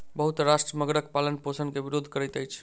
बहुत राष्ट्र मगरक पालनपोषण के विरोध करैत अछि